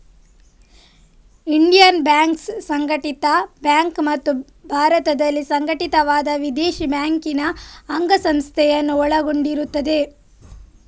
Indian banks ಸಂಘಟಿತ bank ಮತ್ತು ಭಾರತದಲ್ಲಿ ಸಂಘಟಿತವಾದ ವಿದೇಶಿ ಬ್ಯಾಂಕಿನ ಅಂಗಸಂಸ್ಥೆಯನ್ನು ಒಳಗೊಂಡಿರುತ್ತದೆ